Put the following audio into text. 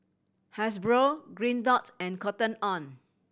Hasbro Green Dot and Cotton On